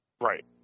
Right